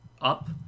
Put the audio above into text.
up